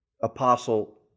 apostle